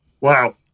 Wow